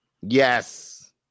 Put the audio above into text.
Yes